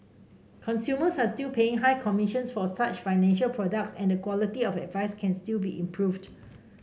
consumers are still paying high commissions for such financial products and the quality of advice can still be improved